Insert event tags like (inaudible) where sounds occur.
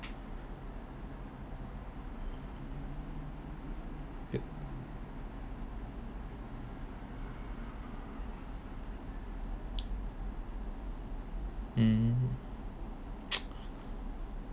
hmm (noise)